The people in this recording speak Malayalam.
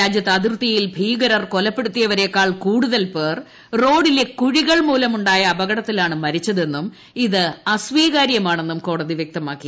രാജ്യത്ത് അതിർത്തിയിൽ ഭീകരർ കൊലപ്പെടുത്തിയവരേക്കാൾ കൂടുതൽ പേർ റോഡിലെ കുഴികൾമൂലമുണ്ടായ അപകടത്തിലാണ് മരിച്ചതെന്നും ഇത് അസ്വീകാര്യമാണെന്നും കോടതി വ്യക്തമാക്കി